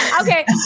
Okay